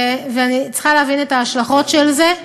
אני צריכה להבין את ההשלכות של זה.